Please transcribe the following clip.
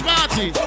Party